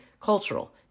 cultural